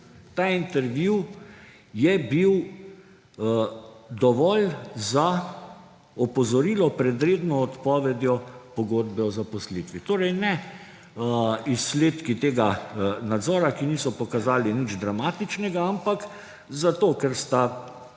ta intervju je bil dovolj za opozorilo pred redno odpovedjo pogodbe o zaposlitvi. Torej, ne izsledki tega nadzora, ki niso pokazali nič dramatičnega, ampak zato, ker sta